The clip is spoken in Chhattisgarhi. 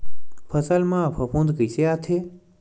फसल मा फफूंद कइसे आथे?